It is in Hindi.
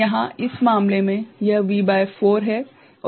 और यहाँ इस मामले में यह V भागित 4 है और प्रतिरोध R है